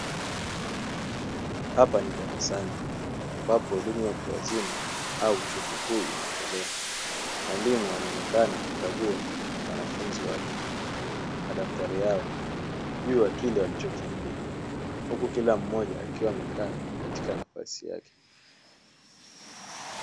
Hapa ni darasani ambapo elimu ya watu wazima au chuo kikuu inatolewa, mwalimu anaonekana akikagua wanafunzi wake (madaftari yao) kujua kile walichoandika, huku kila mmoja akiwa amekaa katika nafasi yake.